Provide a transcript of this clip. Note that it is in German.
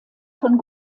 von